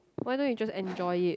why don't you just enjoy it